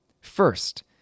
First